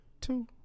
two